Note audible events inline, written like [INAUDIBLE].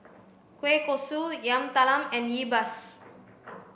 kueh kosui yam talam and yi [UNINTELLIGIBLE]